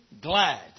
glad